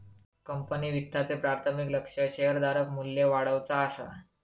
company वित्ताचे प्राथमिक लक्ष्य शेअरधारक मू्ल्य वाढवुचा असा